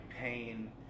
pain